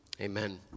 amen